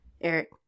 Eric